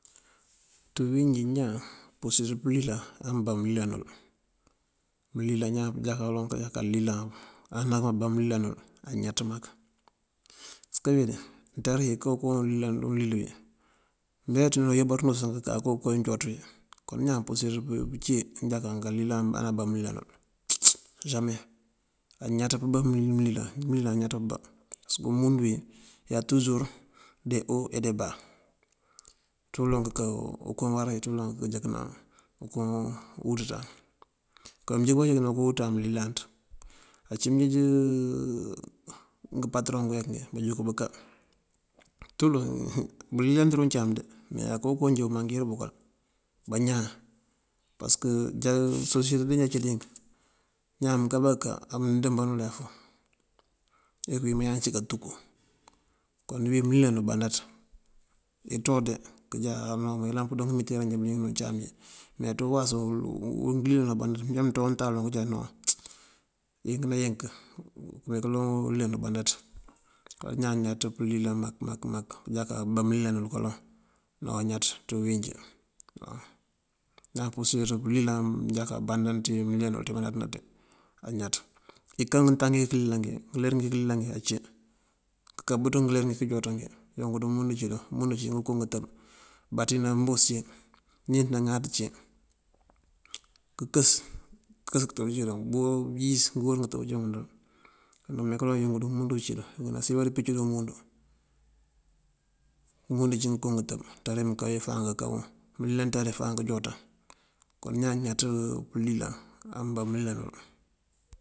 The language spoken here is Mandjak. Ñaan pursirëţ pëlilan anubá ulilal nul. Mëlilan ñaan pëjáka uloŋ jáka lilan anakabá mëlilal nul añaţ mak. Pasëk mëwín nţari kookun lilal ulil wí meeţ mëreebaţ bá soŋ këkanka koon jooţ wí. Kon ñaan pursirëţ pëcí nulilan anubá ulilal nul same, añaţ pëbá mëlilan. Mëlilan añaţ pëbá pasëk umundu wí ya tuzur de owo e de báa, culoŋ këká koo wará wí culoŋ këjëkëna koo wutuţan. Kon jëkëna koo wutuţan këlilanţ. Ací mënjeej ngëpatëroŋ ngeweek ngun bajuk buká, tú bulilan ţí uncáam de me aká koojoon mankir bëkël, bañaan. Pasëk nja sosiyete nja dací dink, ñaan kábá këká amdëmban ulefu rek këwín bañaan cí katúku. Kon wí ulilanu bandaţ. Këţuwa de këjá mayëlan pëdoo imitera njí bëliyëng uncáam me ţí uwáasu ngëlilanu bandaţ. Ajá mëţuwa dí untab këjá noŋ ink ná ink, këmee ulilanu bandaţ. Ñaan añaţ pëlilan mak mak mak, pur pëjáka abá mëlilan kaloŋ noŋ añaţ ţí uwínjí waw. Ñaan pursirëţ pëlilan unjáka abandan ţí iñan nul ţí mënáaţëna ţí añaţ. Iká ngëtaŋ ngëkëlilal wí ngëler ngí këlilal wí ací këka bëţ ngëler ngí wí këjooţan wí yunk dí umundu cíwun. Umundu ací ngënko ngëtëb: baţí ná mboos cí, níinţ ná ŋáaţ cí, këkës këkës ngëtëb cídun, bëyíis ngëburu ngëtëb cíwun dul. Kundumee kaloŋ yink dí umundu cídun, unk dí nasiyën baţí picëdun umundu. Umundu cí ngënko ngëtëb nţari këká wí fáan këká wuŋ, mëlilan nţari fáan këjooţan. Kon ñaan añaţ bëlilan awubá bëlilal nul.